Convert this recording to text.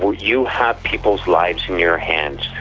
so you have people's lives in your hands,